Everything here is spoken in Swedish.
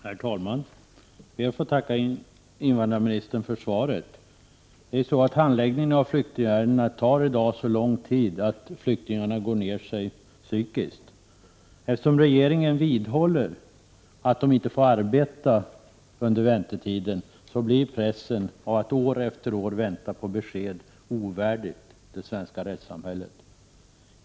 Herr talman! Jag ber att få tacka invandrarministern för svaret. Handläggningen av flyktingärenden tar i dag så lång tid att flyktingarna går ned sig psykiskt. Eftersom regeringen vidhåller att de inte skall få arbeta under väntetiden blir pressen att år efter år vänta på besked ovärdig det svenska rättssamhället.